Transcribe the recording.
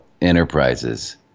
enterprises